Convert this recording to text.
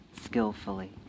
skillfully